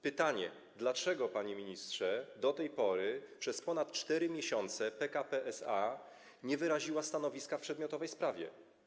Pytanie: Dlaczego, panie ministrze, do tej pory przez ponad 4 miesiące PKP SA nie wyraziła stanowiska w przedmiotowej sprawie?